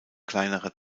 kleinerer